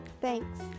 thanks